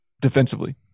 defensively